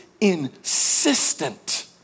insistent